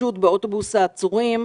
להתרחשות באוטובוס העצורים,